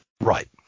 Right